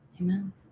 Amen